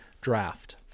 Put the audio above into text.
draft